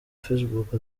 facebook